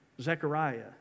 Zechariah